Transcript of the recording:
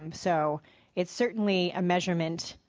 um so it's certainly a measurement